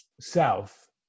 South